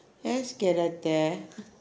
yes kera athai